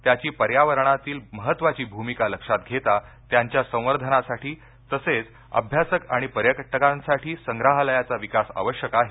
त्याची पर्यावरणातील महत्वाची भूमिका लक्षात घेता त्यांच्या संवर्धनासाठी तसेच अभ्यासक आणि पर्यटकांसाठी संग्रहालयाचा विकास आवश्यक आहे